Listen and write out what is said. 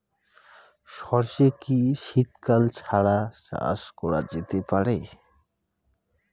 সর্ষে কি শীত কাল ছাড়া চাষ করা যেতে পারে?